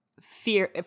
fear